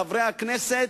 חברי הכנסת,